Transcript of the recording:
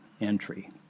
entry